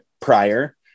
prior